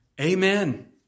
Amen